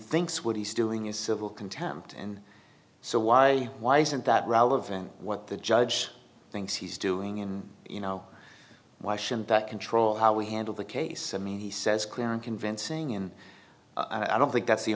thinks what he's doing is civil contempt and so why why isn't that relevant what the judge thinks he's doing in you know why shouldn't that control how we handle the case i mean he says clear and convincing and i don't think that's the